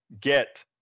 get